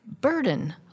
burden